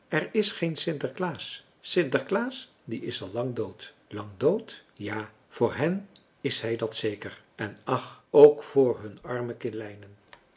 er is geen sinterklaas sinterklaas die is lang dood lang dood ja voor hen is hij dat zeker en ach ook voor hun arme kleinen